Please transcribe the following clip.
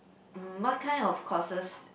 mm what kind of courses